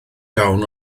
iawn